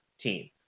team